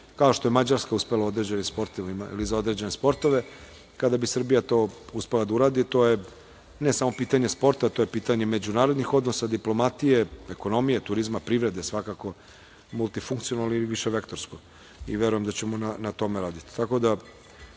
sportovima ili za određene sportove. Kada bi Srbija uspela to da uradi, to je ne samo pitanje sporta, to je pitanje međunarodnih odnosa, diplomatije, ekonomije, turizma, privrede. Svakako multifunkcionalno i viševektorsko i verujem da ćemo na tome raditi.O